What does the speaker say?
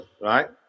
right